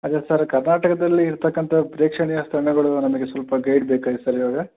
ಅದೇ ಸರ್ ಕರ್ನಾಟಕದಲ್ಲಿ ಇರತಕ್ಕಂತಹ ಪ್ರೇಕ್ಷಣೀಯ ಸ್ಥಳಗಳು ನಮಗೆ ಸ್ವಲ್ಪ ಗೈಡ್ ಬೇಕಾಗಿತ್ತು ಸರ್ ಈವಾಗ